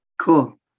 Cool